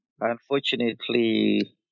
unfortunately